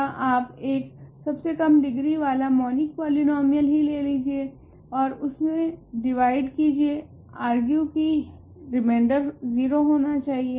या आप एक सबसे कम डिग्री वाला मॉनिक पॉलीनोमीयल ही ले लीजिए ओर उससे डिवाइड कीजिए आर्ग्यू की रेमिंदर 0 होना चाहिए